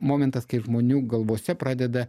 momentas kai žmonių galvose pradeda